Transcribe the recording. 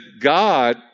God